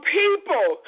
people